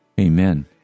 amen